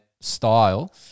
style